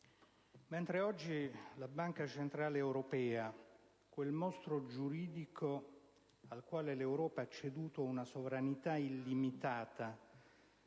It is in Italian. oggi la Banca centrale europea - quel mostro giuridico al quale l'Europa ha ceduto una sovranità illimitata,